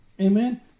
Amen